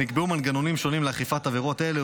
ונקבעו מנגנונים שונים לאכיפת עבירות אלה,